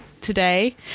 today